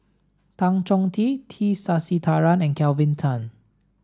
Tan Chong Tee T Sasitharan and Kelvin Tan